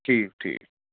ٹھیٖک ٹھیٖک